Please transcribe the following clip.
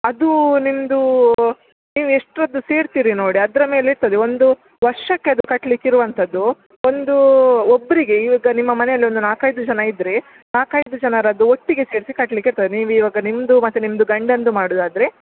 ಅದು ನಿಮ್ಮದು ನೀವು ಎಷ್ಟೊತ್ತು ಸೇರ್ತೀರಿ ನೋಡಿ ಅದರ ಮೇಲೆ ಇರ್ತದೆ ಒಂದು ವರ್ಷಕ್ಕೆ ಅದು ಕಟ್ಲಿಕೆ ಇರುವಂತದ್ದುಒಂದು ಒಬ್ಬರಿಗೆ ಈಗ ನಿಮ್ಮ ಮನೆಯಲ್ಲಿ ಒಂದು ನಾಲ್ಕು ಐದು ಜನ ಇದ್ದರೆ ನಾಲ್ಕು ಐದು ಜನರದ್ದು ಒಟ್ಟಿಗೆ ಸೇರಿಸಿ ಕಟ್ಲಿಕೆ ಇರ್ತದೆ ನೀವು ಇವಾಗ ನಿಮ್ಮದು ಮತ್ತೆ ನಿಮ್ಮದು ಗಂಡಂದು ಮಾಡುದಾದರೆ